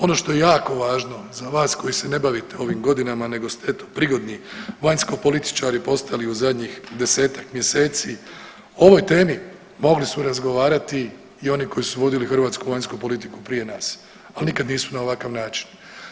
Ono što je jako važno za vas koji se ne bavite ovim godinama nego ste eto prigodni vanjsko političari postali u zadnjih desetak mjeseci o ovoj temi mogli su razgovarati i oni koji su vodili hrvatsku vanjsku politiku prije nas, al nikad nisu na ovakav način.